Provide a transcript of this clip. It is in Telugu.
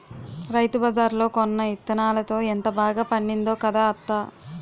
రైతుబజార్లో కొన్న యిత్తనాలతో ఎంత బాగా పండిందో కదా అత్తా?